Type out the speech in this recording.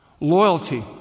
loyalty